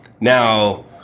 Now